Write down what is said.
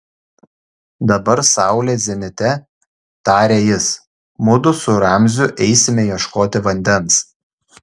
dabar saulė zenite tarė jis mudu su ramziu eisime ieškoti vandens